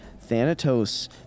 Thanatos